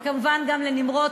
וכמובן גם לנמרוד,